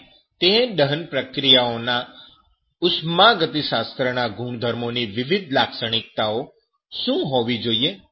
અને તે દહન પ્રક્રિયાઓના ઉષ્માગતિશાસ્ત્રના ગુણધર્મો ની વિવિધ લાક્ષણિકતાઓ શું હોવી જોઈએ